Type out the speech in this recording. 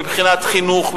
מבחינת חינוך,